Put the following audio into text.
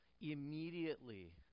immediately